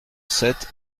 sept